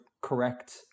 correct